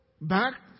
Back